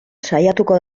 saiatuko